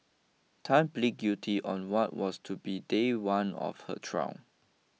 Tan plead guilty on what was to be day one of her trial